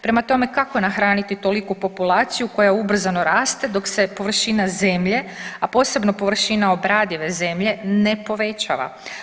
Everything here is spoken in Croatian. Prema tome, kako nahraniti toliku populaciju koja ubrzano raste dok se površina zemlje, a posebno površina obradive zemlje ne povećava?